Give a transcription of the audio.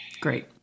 Great